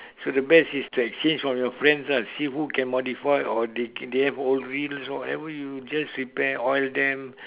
so the best is to exchange from your friends ah see who can modify or they they have old reels or whatever just repair oil them